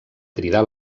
cridar